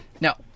Now